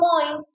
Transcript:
point